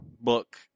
Book